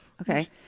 Okay